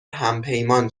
همپیمان